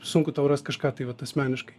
sunku tau rast kažką tai vat asmeniškai